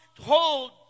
hold